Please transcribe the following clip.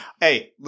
Hey